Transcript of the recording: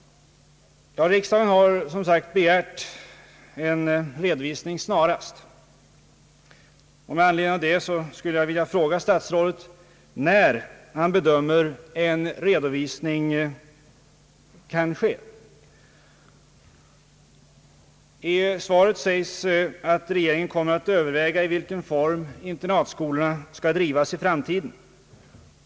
Riksdagen har som sagt begärt en redovisning snarast. Med anledning av detta skulle jag vilja fråga statsrådet när han bedömer att en redovisning kan ske. I svaret sägs att regeringen kommer att överväga i vilken form internatskolorna skall drivas i framtiden.